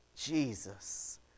Jesus